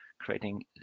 creating